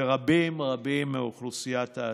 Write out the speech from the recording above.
כפי שאמרתי, ורבים רבים מאוכלוסיית העצמאים.